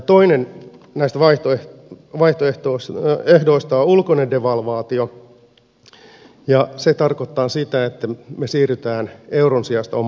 toinen näistä vaihtoehdoista on ulkoinen devalvaatio ja se tarkoittaa sitä että me siirrymme euron sijasta omaan valuuttaan